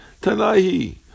Tanaihi